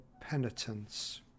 penitence